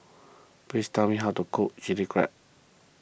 please tell me how to cook Chilli Crab